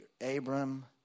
Abram